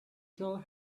tell